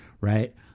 right